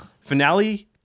Finale